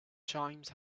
chimes